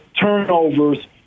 turnovers